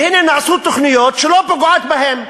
והנה, נעשו תוכניות שלא פוגעות בהם,